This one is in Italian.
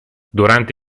durante